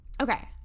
Okay